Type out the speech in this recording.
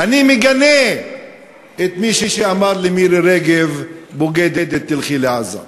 אני מגנה את מי שאמר למירי רגב: בוגדת, תלכי לעזה.